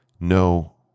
No